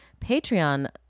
Patreon